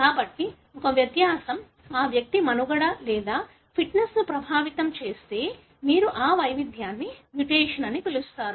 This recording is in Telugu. కాబట్టి ఒక వ్యత్యాసం ఆ వ్యక్తి మనుగడ లేదా ఫిట్నెస్ని ప్రభావితం చేస్తే మీరు ఆ వైవిధ్యాన్ని మ్యుటేషన్ అని పిలుస్తారు